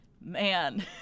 man